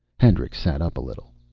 hendricks sat up a little.